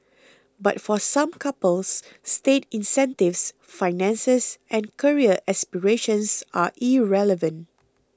but for some couples state incentives finances and career aspirations are irrelevant